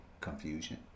Confusion